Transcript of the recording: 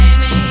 Amy